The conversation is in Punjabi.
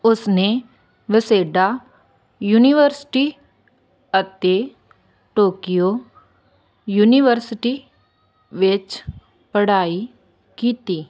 ਉਸਨੇ ਵਾਸੇਡਾ ਯੂਨੀਵਰਸਿਟੀ ਅਤੇ ਟੋਕੀਓ ਯੂਨੀਵਰਸਿਟੀ ਵਿੱਚ ਪੜ੍ਹਾਈ ਕੀਤੀ